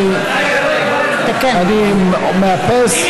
אני מאפס.